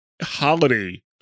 holiday